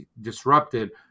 disrupted